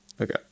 Okay